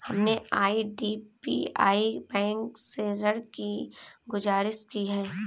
हमने IDBI bank से ऋण की गुजारिश की है